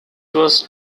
was